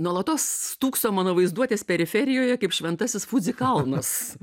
nuolatos stūkso mano vaizduotės periferijoje kaip šventasis fudzi kalnas